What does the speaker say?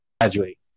graduate